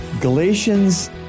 Galatians